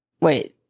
wait